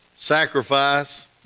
sacrifice